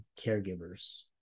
caregivers